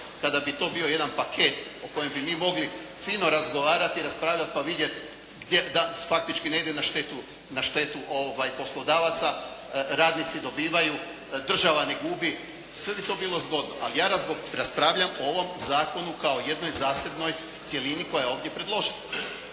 tada bi to bio jedan paket o kojem bi mi mogli fino razgovarati i raspravljati pa vidjeti gdje da faktički ne ide na štetu poslodavaca, radnici dobivaju, država ne gubi, sve bi to bilo zgodno, ali ja raspravljam o ovom zakonu kao jednoj zasebnoj cjelini koja je ovdje predložena.